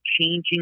changing